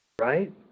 right